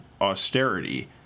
austerity